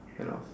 ten hours